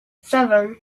seven